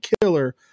killer